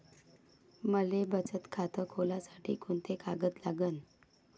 मले बचत खातं खोलासाठी कोंते कागद लागन?